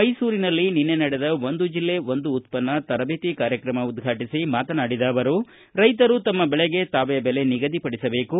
ಮೈಸೂರಿನಲ್ಲಿ ನಿನ್ನೆ ನಡೆದ ಒಂದು ಜಿಲ್ಲೆ ಒಂದು ಉತ್ಪನ್ನ ತರಬೇತಿ ಕಾರ್ಯಕ್ರಮ ಉದ್ಘಾಟಿಸಿ ಮಾತನಾಡಿದ ಅವರು ರೈತರು ತಮ್ನ ಬೆಳೆಗೆ ತಾವೇ ಬೆಲೆ ನಿಗದಿಪಡಿಸಬೇಕು